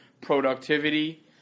productivity